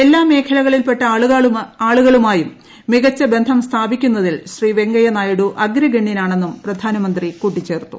എല്ലാ മേഖലകളിൽപ്പെട്ട ആളുകളുമായും മികച്ച ബന്ധം സ്ഥാപിക്കുന്നതിൽ ശ്രീ വെങ്കയ്യനായിഡു അഗ്രഗണ്യനാണെന്നും പ്രധാനമന്ത്രി കൂട്ടിച്ചേർത്തു